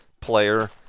player